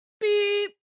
beep